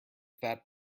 fat